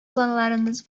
planlarınız